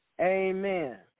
Amen